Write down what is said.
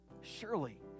Surely